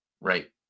Right